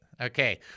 Okay